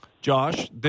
Josh